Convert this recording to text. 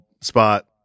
spot